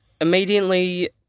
immediately